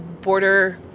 border